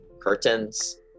curtains